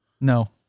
No